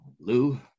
Lou